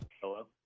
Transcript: Hello